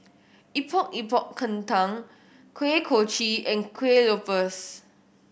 Epok Epok Kentang Kuih Kochi and Kueh Lopes